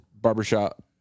barbershop